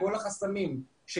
אנחנו נפגשים --- כלומר זה